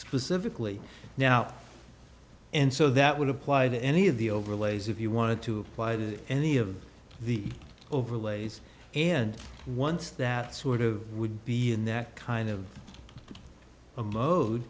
specifically now and so that would apply to any of the overlays if you wanted to buy that any of the overlays and once that sort of would be in that kind of a mode